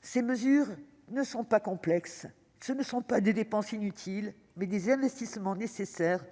Ces mesures ne sont pas « complexes ». Il s'agit non de dépenses inutiles, mais bien d'investissements nécessaires